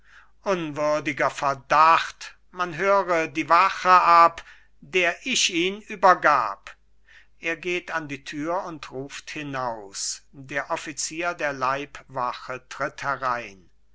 unwürdiger verdacht man höre die wache ab der ich ihn übergab er geht an die tür und ruft hinaus der offizier der leibwache tritt herein